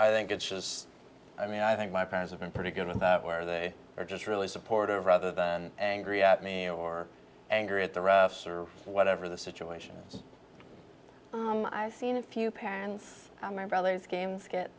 i think it's just i mean i think my friends have been pretty good about where they are just really supportive rather than angry at me or angry at the refs or whatever the situation is i've seen a few parents on my brother's games get